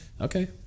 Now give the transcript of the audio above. Okay